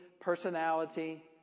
personality